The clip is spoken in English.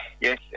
Yes